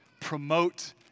promote